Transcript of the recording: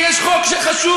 כי יש חוק שחשוב.